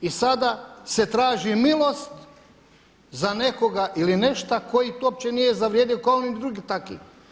I sada se traži milost za nekoga ili nešto koji to uopće nije zavrijedio kao ni drugi takvi.